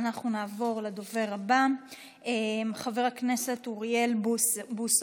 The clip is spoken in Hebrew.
אנחנו נעבור לדובר הבא, חבר הכנסת אוריאל בוסו.